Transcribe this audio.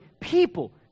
people